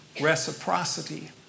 reciprocity